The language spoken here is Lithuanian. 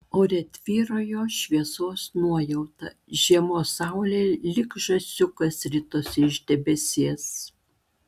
ore tvyrojo šviesos nuojauta žiemos saulė lyg žąsiukas ritosi iš debesies